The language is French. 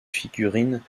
figurines